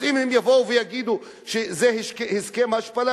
אז אם הם יבואו ויגידו שזה הסכם השפלה,